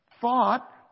thought